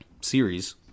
series